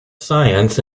science